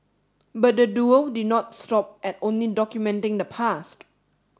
but the duo did not stop at only documenting the past